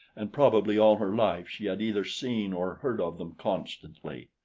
and probably all her life she had either seen or heard of them constantly.